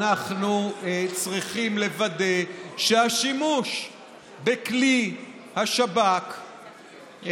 אנחנו צריכים לוודא שהשימוש בכלי השב"כ,